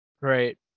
Right